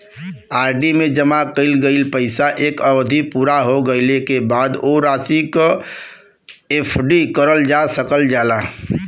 RD में जमा कइल गइल पइसा क अवधि पूरा हो गइले क बाद वो राशि क एफ.डी करल जा सकल जाला